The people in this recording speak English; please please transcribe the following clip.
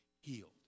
healed